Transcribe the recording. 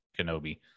Kenobi